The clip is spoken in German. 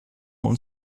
und